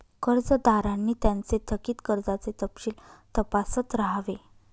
कर्जदारांनी त्यांचे थकित कर्जाचे तपशील तपासत राहावे